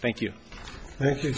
thank you thank you